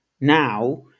now